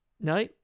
No